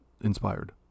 inspired